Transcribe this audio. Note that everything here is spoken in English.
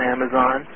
Amazon